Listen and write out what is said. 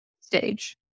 stage